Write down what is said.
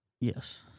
Yes